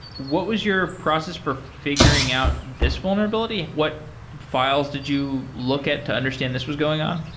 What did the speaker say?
what was your process for figuring out this vulnerability? what files did you look at to understand this was going on?